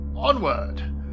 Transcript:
onward